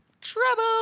Trouble